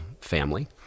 family